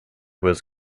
was